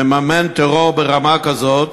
מממן טרור ברמה כזאת,